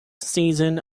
season